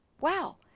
Wow